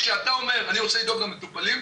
כשאתה אומר שאתה רוצה לדאוג למטופלים,